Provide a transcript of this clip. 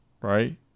Right